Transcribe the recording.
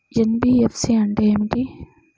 NBFC అంటే ఏమిటి?